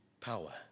power